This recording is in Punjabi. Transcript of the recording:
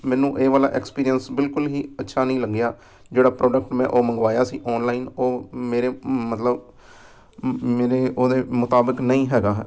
ਮੈਨੂੰ ਇਹ ਵਾਲਾ ਐਕਸਪੀਰੀਅੰਸ ਬਿਲਕੁਲ ਹੀ ਅੱਛਾ ਨਹੀਂ ਲੱਗਿਆ ਜਿਹੜਾ ਪ੍ਰੋਡਕਟ ਮੈਂ ਉਹ ਮੰਗਵਾਇਆ ਸੀ ਔਨਲਾਈਨ ਉਹ ਮੇਰੇ ਮਤਲਬ ਮੇਰੇ ਉਹਦੇ ਮੁਤਾਬਿਕ ਨਹੀਂ ਹੈਗਾ ਹੈ